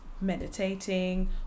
meditating